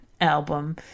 album